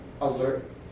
alert